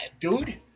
dude